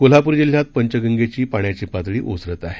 कोल्हापूर जिल्ह्यात पंचगंगेची पाण्याची पातळी ओसरत आहे